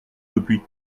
depuis